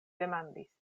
demandis